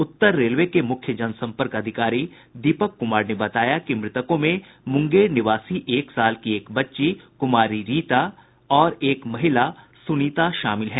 उत्तर railway के मुख्य जनसंपर्क अधिकारी दीपक कुमार ने बताया कि मृतकों में मुंगेर निवासी एक साल की एक बच्ची कुमारी रीता और एक महिला सुनीता शामिल हैं